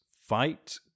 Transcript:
fight